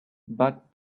but